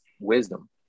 wisdom